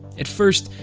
at first,